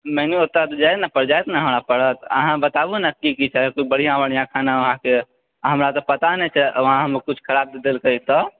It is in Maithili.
अहाँ बताबु ने की की छै कोइ बढ़िआँ बढ़िआँ खाना वहाँके हमरा तऽ पता नहि छै वहामे कुछ खराब दए देलकै तऽ